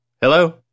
Hello